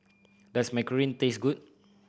does macaron taste good